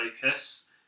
focus